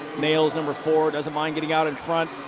nails, number four, doesn't mind getting out in front.